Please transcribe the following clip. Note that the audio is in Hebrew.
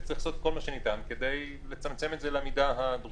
וצריך לעשות כל מה שניתן כדי לצמצם את זה למידה הדרושה,